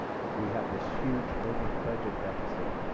we have this huge looming budget deficit